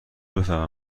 بفهمن